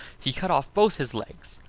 he cut off both his legs.